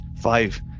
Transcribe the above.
Five